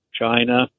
China